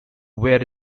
were